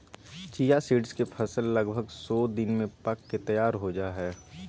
chia seeds के फसल लगभग सो दिन में पक के तैयार हो जाय हइ